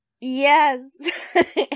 Yes